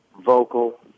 vocal